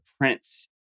prince